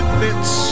bits